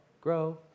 grow